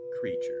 creature